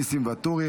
ניסים ואטורי,